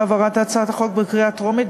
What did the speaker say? בהעברת הצעת החוק בקריאה טרומית,